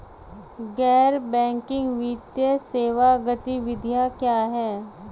गैर बैंकिंग वित्तीय सेवा गतिविधियाँ क्या हैं?